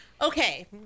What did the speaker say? Okay